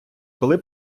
коли